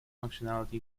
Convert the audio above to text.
functionality